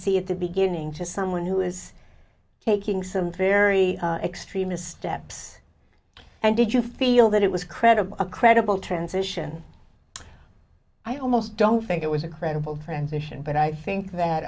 see at the beginning to someone who is taking some very extremist steps and did you feel that it was credible a credible transition i almost don't think it was a credible friends mission but i think that